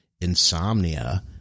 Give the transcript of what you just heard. insomnia